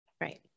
Right